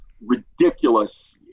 ridiculous